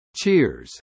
cheers